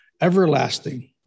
everlasting